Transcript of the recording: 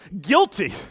guilty